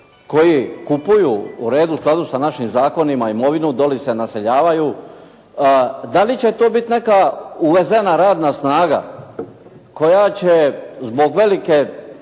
koji kupuju u redu, u skladu sa našim zakonima, imovinu, dolje se naseljavaju, da li će to biti neka uvezena radna snaga koja će zbog velike